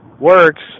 works